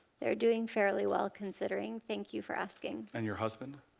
they are doing fairly well, considering, thank you for asking. and your husband?